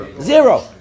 Zero